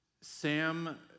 Sam